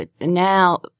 now